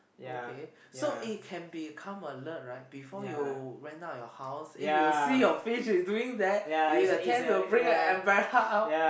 okay so it can become alert right before you went out your house if you see your fish is doing that you will tend to bring the umbrella out